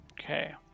Okay